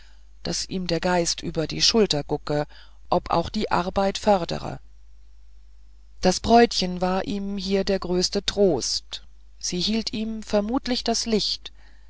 daß ihm der geist über die schulter gucke ob auch die arbeit fördere das bräutchen war ihm hier der größte trost sie hielt ihm vermutlich das licht